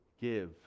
give